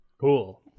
Cool